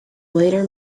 later